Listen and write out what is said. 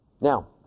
Now